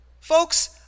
Folks